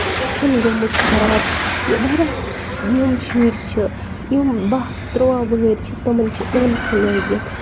أچھَن گومُت خراب کہِ واریاہ یِم شُرۍ چھِ یِم باہ تُرٛواہ وٕہٕرۍ چھِ تِمَن چھِ عٲنکہٕ لٲگِتھ